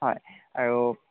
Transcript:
হয় আৰু